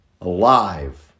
alive